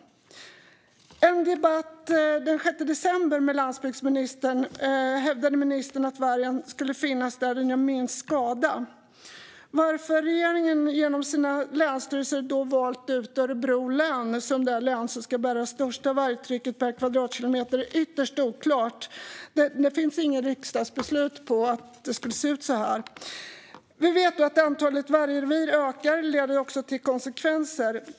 I en debatt med landsbygdsministern den 6 december hävdade ministern att vargen skulle finnas där den gör minst skada. Varför regeringen genom sina länsstyrelser då valt ut Örebro län som det län som ska bära det största vargtrycket per kvadratkilometer är ytterst oklart. Det finns inget riksdagsbeslut om att det ska se ut så här. Vi vet att antalet vargrevir ökar. Det får också konsekvenser.